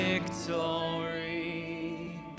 Victory